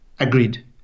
Agreed